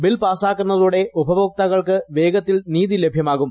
bill പാസാക്കുന്നതോടെ ഉപഭോക്താക്കൾക്ക് വേഗത്തിൽ ലഭ്യമാകും